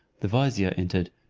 the vizier entered,